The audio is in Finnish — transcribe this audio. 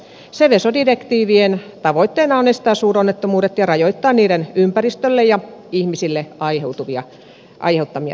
seveso direktiivien tavoitteena on estää suuronnettomuudet ja rajoittaa niiden ympäristölle ja ihmisille aiheuttamia